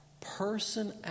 person